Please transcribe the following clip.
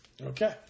Okay